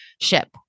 ship